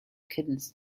kittens